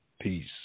Peace